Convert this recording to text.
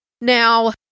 Now